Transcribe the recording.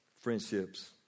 friendships